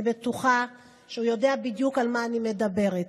אני בטוחה שהוא יודע בדיוק על מה אני מדברת.